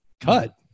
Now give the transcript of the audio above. cut